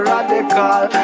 Radical